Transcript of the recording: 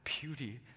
beauty